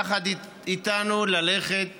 יחד איתנו, ללכת